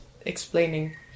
explaining